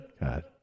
God